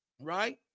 right